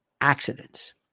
Accidents